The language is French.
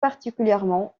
particulièrement